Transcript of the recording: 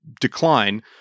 decline